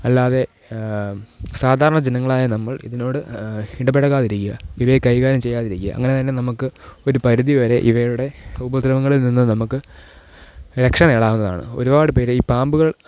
അല്ലാതെ സാധാരണ ജനങ്ങളായ നമ്മള് ഇതിനോട് ഇടപഴകാതിരിക്കുക ഇവയെ കൈകാര്യം ചെയ്യാതിരിക്കുക അങ്ങനെ തന്നെ നമുക്ക് ഒരു പരിധിവരെ ഇവയുടെ ഉപദ്രവങ്ങളില്നിന്ന് നമുക്ക് രക്ഷ നേടാവുന്നതാണ് ഒരുപാട് പേരെ ഈ പാമ്പുകള്